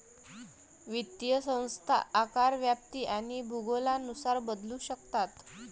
वित्तीय संस्था आकार, व्याप्ती आणि भूगोलानुसार बदलू शकतात